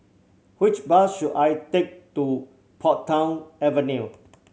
which bus should I take to Portsdown Avenue